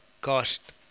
cost